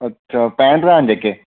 अच्छा वैन चलांदे जेह्के